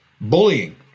Bullying